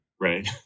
Right